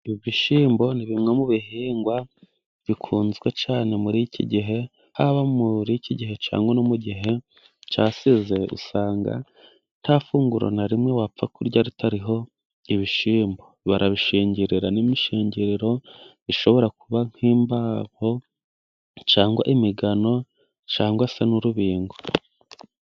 ibyo bishyimbo nibimwe mu bihingwa bikunzwe cyane muri iki gihe, haba muri iki gihe cangwa no mu gihe cyashize, usanga nta funguro na rimwe wapfa kurya ritariho ibishimbo, barabishingirira n'imishingiriro, ishobora kuba nk'imbaho cyangwa imigano, cyangwa se n'urubingo.